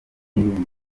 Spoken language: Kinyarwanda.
n’ibindi